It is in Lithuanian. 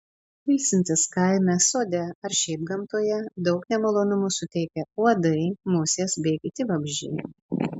ilsintis kaime sode ar šiaip gamtoje daug nemalonumų suteikia uodai musės bei kiti vabzdžiai